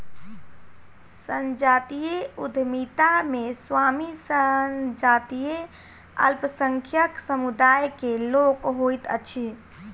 संजातीय उद्यमिता मे स्वामी संजातीय अल्पसंख्यक समुदाय के लोक होइत अछि